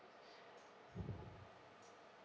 mm